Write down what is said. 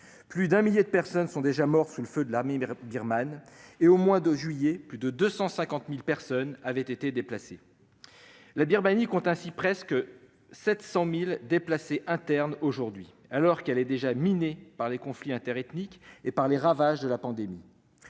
plus d'un millier de personnes sont déjà mortes sous le feu de l'armée birmane et, au mois de juillet 2021, plus de 250 000 personnes avaient été déplacées. La Birmanie compte ainsi presque 700 000 déplacés internes aujourd'hui, alors qu'elle est déjà minée par les conflits interethniques et par les ravages de la pandémie.